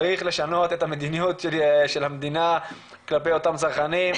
צריך לשנות את המדיניות של המדינה כלפי אותם צרכנים,